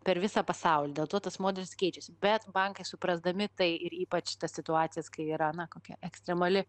per visą pasaulį dėl to tas modelis keičiasi bet bankai suprasdami tai ir ypač tas situacijas kai yra na kokia ekstremali